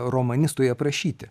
romanistui aprašyti